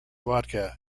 vodka